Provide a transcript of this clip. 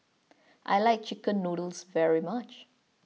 I like Chicken Noodles very much